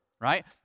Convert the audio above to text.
right